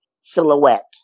silhouette